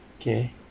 okay